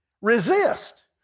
Resist